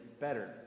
better